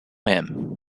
him